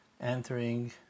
entering